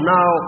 Now